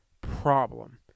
problem